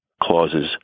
clauses